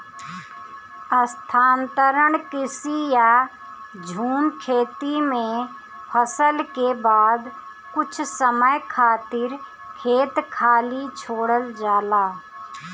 स्थानांतरण कृषि या झूम खेती में फसल के बाद कुछ समय खातिर खेत खाली छोड़ल जाला